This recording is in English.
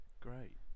Great